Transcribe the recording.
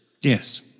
yes